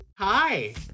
Hi